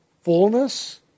fullness